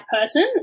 person